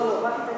אמרתי לך.